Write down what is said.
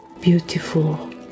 beautiful